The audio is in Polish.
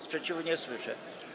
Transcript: Sprzeciwu nie słyszę.